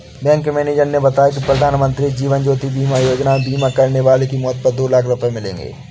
bank manager ने बताया कि प्रधानमंत्री जीवन ज्योति बीमा योजना में बीमा वाले की मौत पर दो लाख रूपये मिलेंगे